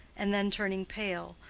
and then turning pale,